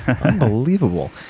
Unbelievable